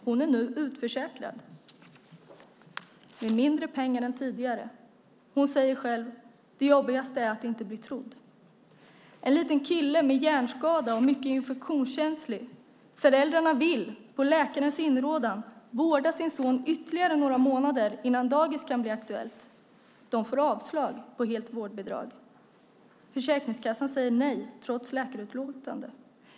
Hon är nu utförsäkrad med mindre pengar än tidigare. Hon säger själv att det jobbigaste är att inte bli trodd. En liten kille har en hjärnskada och är mycket infektionskänslig. Föräldrarna vill på läkarens inrådan vårda sin son ytterligare några månader innan dagis kan bli aktuellt. De får avslag på helt vårdbidrag. Försäkringskassan säger nej trots läkarutlåtande.